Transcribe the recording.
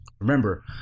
remember